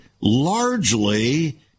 largely